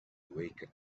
awaken